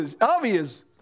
obvious